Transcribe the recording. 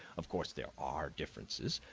of course there are differences,